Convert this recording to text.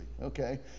Okay